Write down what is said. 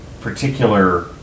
particular